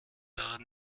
daran